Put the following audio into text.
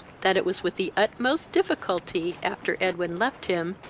that it was with the utmost difficulty, after edwin left him,